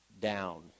down